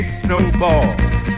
snowballs